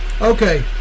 Okay